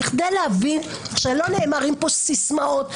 בכדי להבין שלא נאמרות פה סיסמאות.